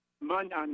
Monday